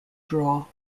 draw